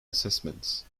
assessments